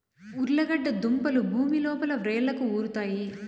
ఉర్లగడ్డ దుంపలు భూమి లోపల వ్రేళ్లకు ఉరుతాయి